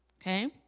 okay